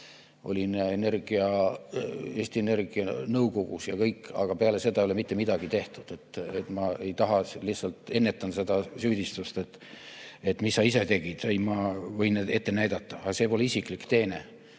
Olin Eesti Energia nõukogus. Aga peale seda ei ole enam mitte midagi tehtud. Ma lihtsalt ennetan seda süüdistust, et mis sa ise tegid. Ei, ma võin kõik ette näidata, aga see pole isiklik teene.